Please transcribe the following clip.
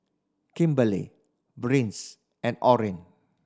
Kimberlee Brice and Orin